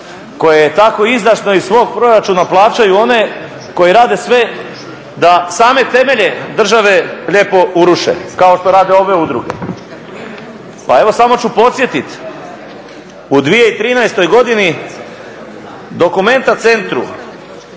koje tako izdašno iz svog proračuna plaćaju one koji rade sve da same temelje države lijepo uruše kao što rade ove udruge. Pa evo samo ću podsjetiti u 2013. godini DOCUMENTA Centru